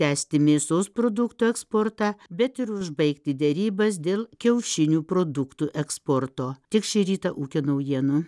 tęsti mėsos produktų eksportą bet ir užbaigti derybas dėl kiaušinių produktų eksporto tiek šį rytą ūkio naujienų